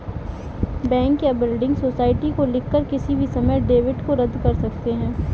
bank या building society को लिखकर किसी भी समय डेबिट को रद्द कर सकते हैं